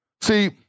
See